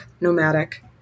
nomadic